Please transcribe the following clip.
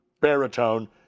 baritone